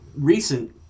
recent